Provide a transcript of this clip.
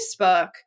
facebook